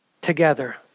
together